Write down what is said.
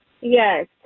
Yes